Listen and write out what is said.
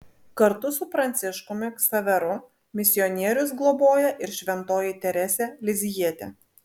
kartu su pranciškumi ksaveru misionierius globoja ir šventoji teresė lizjietė